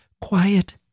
quiet